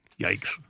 Yikes